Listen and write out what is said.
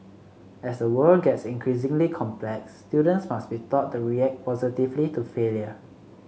as the world gets increasingly complex students must be taught to react positively to failure